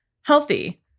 healthy